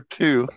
two